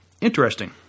Interesting